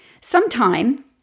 Sometime